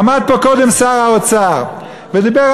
עמד פה קודם שר האוצר ודיבר,